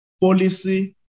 policy